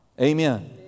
Amen